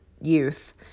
youth